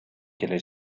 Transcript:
келе